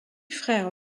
frère